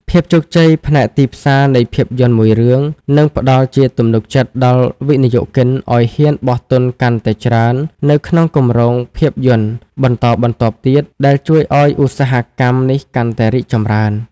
ភាពជោគជ័យផ្នែកទីផ្សារនៃភាពយន្តមួយរឿង នឹងផ្ដល់ជាទំនុកចិត្តដល់វិនិយោគិនឱ្យហ៊ានបោះទុនកាន់តែច្រើននៅក្នុងគម្រោងភាពយន្តបន្តបន្ទាប់ទៀតដែលជួយឱ្យឧស្សាហកម្មនេះកាន់តែរីកចម្រើន។